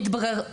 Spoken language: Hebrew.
מתברר,